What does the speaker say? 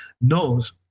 knows